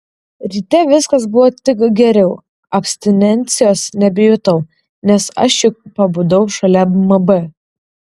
ryte viskas buvo tik geriau abstinencijos nebejutau nes aš juk pabudau šalia mb